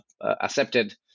accepted